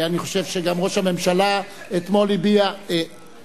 אני חושב שגם ראש הממשלה הביע אתמול,